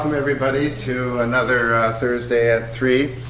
um everybody to another thursday at three.